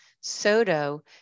Soto